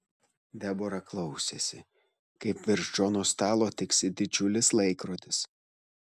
debora klausėsi kaip virš džono stalo tiksi didžiulis laikrodis